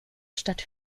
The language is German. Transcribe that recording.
stadt